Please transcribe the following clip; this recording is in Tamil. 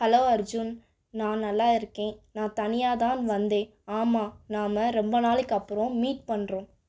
ஹலோ அர்ஜூன் நான் நல்லா இருக்கேன் நான் தனியாக தான் வந்தேன் ஆமாம் நாம ரொம்ப நாளைக்கு அப்புறம் மீட் பண்ணுறோம்